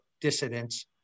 dissidents